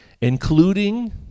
Including